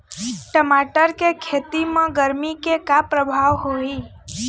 टमाटर के खेती म गरमी के का परभाव होही?